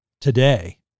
today